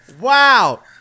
Wow